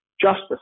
justice